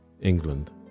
England